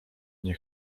nie